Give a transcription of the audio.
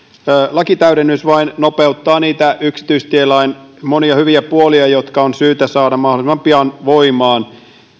lakitäydennys vain nopeuttaa niitä yksityistielain monia hyviä puolia jotka on syytä saada mahdollisimman pian voimaan